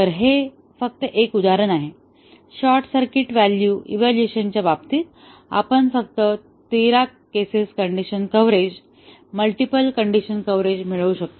तर हे फक्त एक उदाहरण आहे शॉर्ट सर्किट व्हॅल्यू इव्हाल्युएशनच्या बाबतीत आपण फक्त 13 cases condition coverage multiple condition coverage मिळवू शकतो